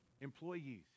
employees